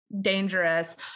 dangerous